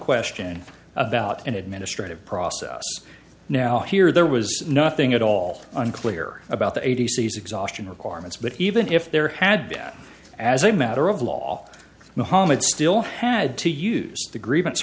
question about an administrative process now here there was nothing at all unclear about the eighty c's exhaustion requirements but even if there had been as a matter of law muhammad still had to use the grievance